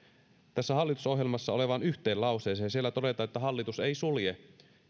tässä hallitusohjelmassa olevaan yhteen lauseeseen siellä todetaan että hallitus ei sulje